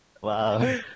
Wow